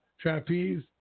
Trapeze